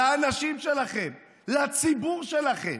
לאנשים שלכם, לציבור שלכם.